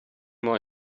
more